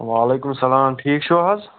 وعلیکُم اَسَلام ٹھیٖک چھِو حظ